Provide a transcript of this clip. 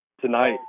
tonight